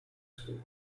school